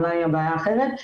אולי הבעיה אחרת,